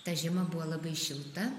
ta žiema buvo labai šilta